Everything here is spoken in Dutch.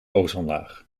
ozonlaag